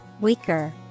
weaker